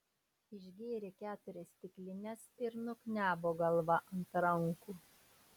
išgėrė keturias stiklines ir nuknebo galva ant rankų